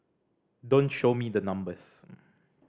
don't show me the numbers